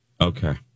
Okay